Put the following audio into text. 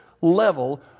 level